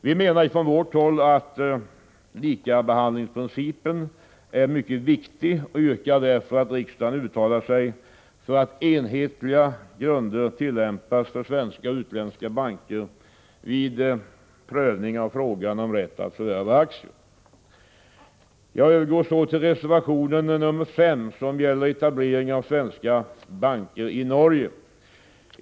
Vi menar från vårt håll att likabehandlingsprincipen är mycket viktig och yrkar därför att riksdagen uttalar sig för att enhetliga grunder tillämpas för svenska och utländska banker vid prövning av frågan om rätt att förvärva aktier. Jag övergår därefter till att tala om reservation nr 5 som gäller etablering av svenska banker i Norge.